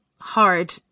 hard